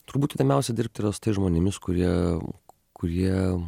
turbūt įdomiausia dirbt yra su tais žmonėmis kurie daug kurie